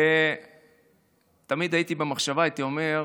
תמיד במחשבה הייתי אומר: